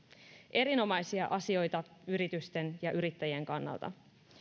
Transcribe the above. erinomaisia asioita yritysten ja yrittäjien kannalta